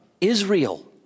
Israel